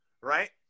right